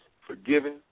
forgiven